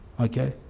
okay